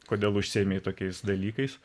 kodėl užsiėmei tokiais dalykais